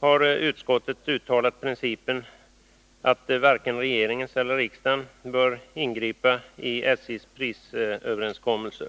har utskottet uttalat principen att varken regeringen eller riksdagen bör ingripa i SJ:s prisöverenskommelser.